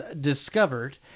discovered